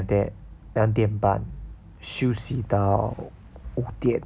that 两点半休息到五点